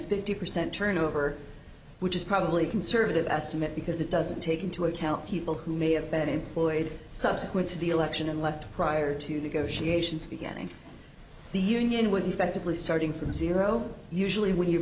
fifty percent turnover which is probably a conservative estimate because it doesn't take into account people who may have been employed subsequent to the election and left prior to negotiations getting the union was effectively starting from zero usually when you're